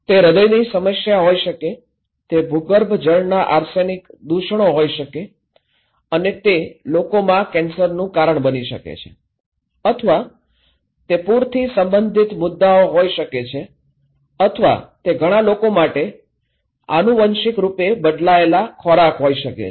તે હૃદયની સમસ્યા હોઈ શકે તે ભૂગર્ભજળના આર્સેનિક દૂષણો હોઈ શકે છે અને તે લોકોમાં કેન્સરનું કારણ બની શકે છે અથવા તે પૂરથી સંબંધિત મુદ્દાઓ હોઈ શકે છે અથવા તે ઘણા લોકો માટે આનુવંશિકરૂપે બદલાયેલા ખોરાક હોઈ શકે છે